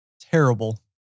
terrible